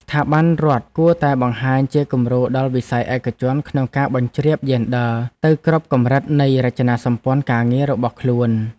ស្ថាប័នរដ្ឋគួរតែបង្ហាញជាគំរូដល់វិស័យឯកជនក្នុងការបញ្ជ្រាបយេនឌ័រទៅគ្រប់កម្រិតនៃរចនាសម្ព័ន្ធការងាររបស់ខ្លួន។